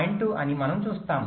2 అని మనం చూస్తాము